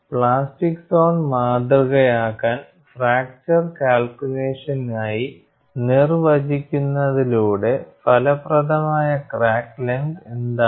plastic zone മാതൃകയാക്കാൻ fracture കാൽക്കുലേഷനിനായി നിർവചിക്കുന്നതിലൂടെ ഫലപ്രദമായ ക്രാക്ക് ലെങ്ത് എന്താണ്